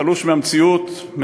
תלוש מהמציאות,